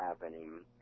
happening